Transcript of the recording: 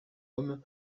homme